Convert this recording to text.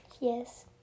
Yes